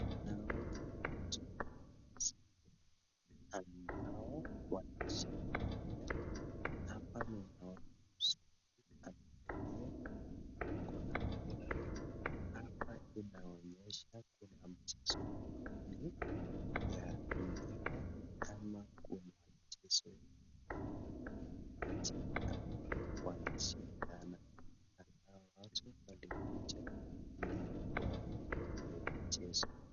Hawa ni watu ambao wanasherehekea, hapa ninaona vizuri wako na furaha, hapa inaonyesha kuna mchezo fulani ya kuigiza ama kuna mchezo ya wakimbiaji ambao wanashindana na hao watu walikuja ili waone hiyo mchezo.